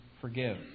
forgive